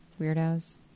Weirdos